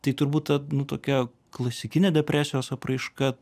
tai turbūt ta nu tokia klasikinė depresijos apraiška